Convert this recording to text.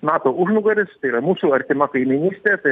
nato užnugaris tai yra mūsų artima kaimynystė tai